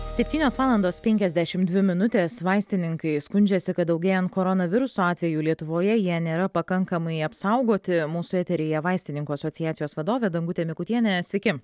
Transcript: septynios valandos penkiasdešimt dvi minutės vaistininkai skundžiasi kad daugėjant koronaviruso atvejų lietuvoje jie nėra pakankamai apsaugoti mūsų eteryje vaistininkų asociacijos vadovė dangutė mikutienė sveiki